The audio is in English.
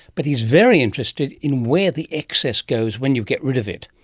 but he's very interested in where the excess goes when you get rid of it.